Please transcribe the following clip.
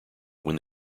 when